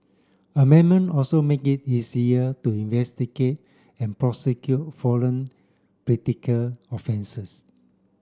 amendment also make it easier to investigate and prosecute foreign predicate offences